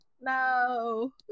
No